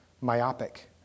myopic